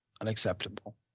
unacceptable